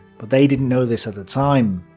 but they didn't know this at the time.